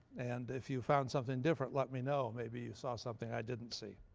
and if you found something different, let me know. maybe you saw something i didn't see.